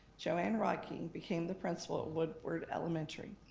joanne rikey became the principal at woodward elementary.